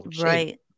right